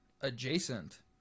adjacent